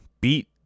beat